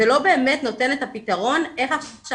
זה לא באמת נותן את הפתרון איך עכשיו